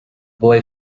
boy